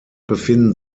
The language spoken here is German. befinden